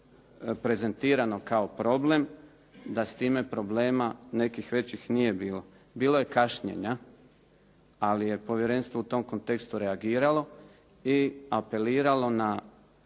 prezentirano kao problem, da s time problema nekih većih nije bilo. Bilo je kašnjenja, ali je povjerenstvo u tom kontekstu reagiralo i apeliralo na